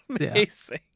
amazing